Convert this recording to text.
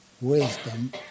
wisdom